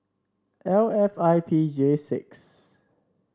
L F I P J six